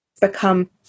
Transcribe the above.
become